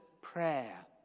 prayer